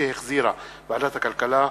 שהחזירה ועדת הכלכלה,